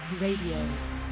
Radio